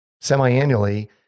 semi-annually